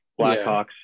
Blackhawks